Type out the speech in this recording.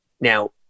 now